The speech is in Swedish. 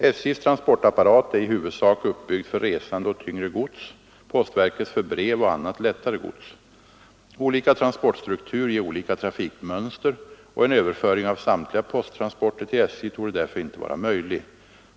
SJ:s transportapparat är i huvudsak uppbyggd för resande och tyngre gods, postverkets för brev och annat lättare gods. Olika transportstruktur ger olika trafikmönster, och en överföring av syfte att spara energi samtliga posttransporter till SJ torde därför inte vara möjlig.